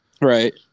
Right